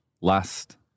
last